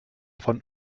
von